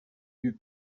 eût